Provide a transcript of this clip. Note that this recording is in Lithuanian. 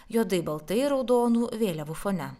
juodai baltai raudonų vėliavų fone